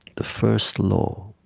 the first law,